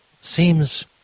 Seems